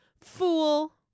Fool